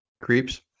creeps